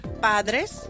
padres